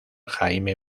jaime